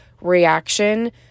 reaction